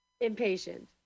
impatient